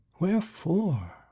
Wherefore